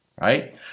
right